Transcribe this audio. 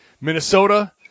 Minnesota